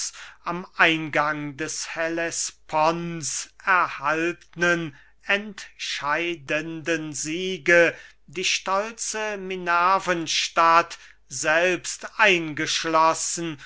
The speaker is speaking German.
am eingang des hellesponts erhaltnen entscheidenden sieg die stolze minervenstadt selbst eingeschlossen